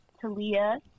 talia